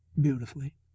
beautifully